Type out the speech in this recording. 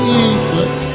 Jesus